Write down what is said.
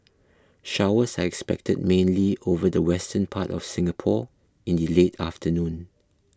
showers are expected mainly over the western part of Singapore in the late afternoon